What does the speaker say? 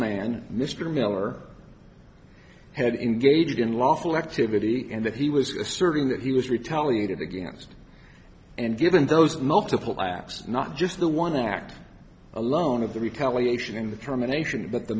man mr miller had engaged in unlawful activity and that he was asserting that he was retaliated against and given those multiple apps not just the one act alone of the retaliation in the termination but the